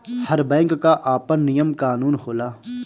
हर bank कअ आपन नियम कानून होला